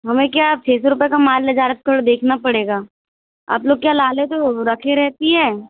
हमें क्या है अब छः सौ रुपये का माल ले जा रहें है तो थोड़ा देखना पड़ेगा आप लोग क्या ला लेते हो रखे रहती है